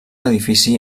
edifici